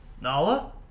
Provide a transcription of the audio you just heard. Nala